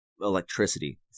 electricity